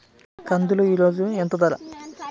కందులు ఈరోజు ఎంత ధర?